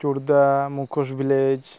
ᱪᱩᱲᱫᱟ ᱢᱩᱠᱷᱳᱥ ᱵᱷᱤᱞᱮᱡᱽ